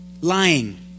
lying